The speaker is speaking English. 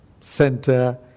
center